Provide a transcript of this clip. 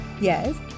Yes